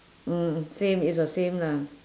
mm same is the same lah